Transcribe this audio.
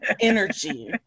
energy